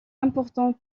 importants